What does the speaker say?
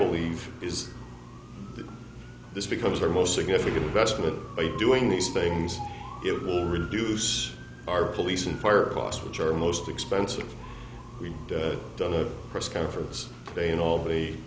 believe is this becomes our most significant investment by doing these things it will reduce our police and fire costs which are the most expensive we've done a press conference today in al